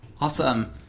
Awesome